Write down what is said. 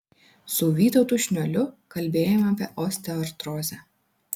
su vytautu šniuoliu kalbėjome apie osteoartrozę